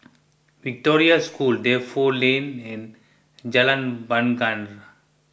Victoria School Defu Lane and Jalan Bungar